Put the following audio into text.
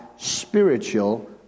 Spiritual